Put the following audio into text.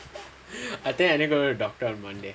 I think I need go to a doctor on monday